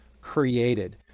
created